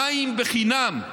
מים בחינם.